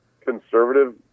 conservative